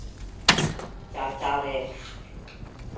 ᱪᱟᱨᱪᱟᱣᱨᱮ